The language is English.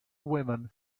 women